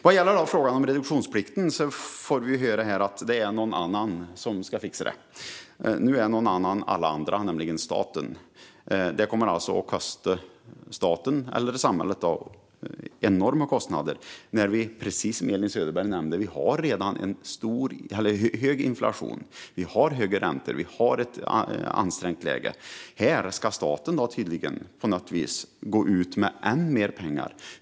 Vad gäller frågan om reduktionsplikten får vi höra här att det är någon annan som ska fixa det. Nu är någon annan alla andra, nämligen staten. Det kommer alltså att kosta staten eller samhället enorma summor när vi, precis som Elin Söderberg nämnde, redan har en hög inflation, höga räntor och ett ansträngt läge. Här ska staten tydligen på något vis gå ut med ännu mer pengar.